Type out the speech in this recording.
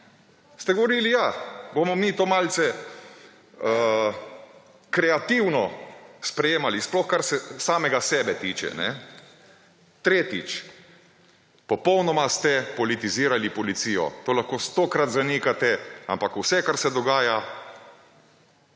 ste govorili, ja, bomo mi to malce kreativno sprejemali; sploh, kar se samega sebe tiče. Tretjič, popolnoma ste politizirali policijo. To lahko stokrat zanikate, ampak vse, kar se dogaja,